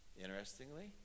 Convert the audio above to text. Interestingly